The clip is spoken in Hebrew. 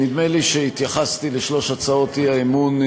לי שהתייחסתי לשלוש הצעות האי-אמון,